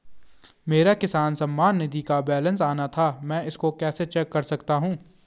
मेरा किसान सम्मान निधि का बैलेंस आना था मैं इसको कैसे चेक कर सकता हूँ?